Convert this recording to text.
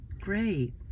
Great